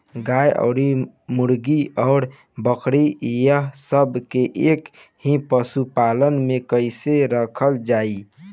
गाय और मुर्गी और बकरी ये सब के एक ही पशुपालन में कइसे रखल जाई?